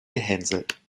gehänselt